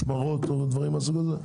משמרות כל הדברים מהסוג הזה?